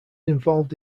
involved